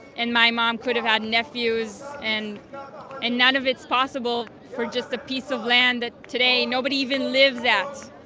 and my mom could have had nephews, and and none of it's possible for just a piece of land that today nobody even lives at.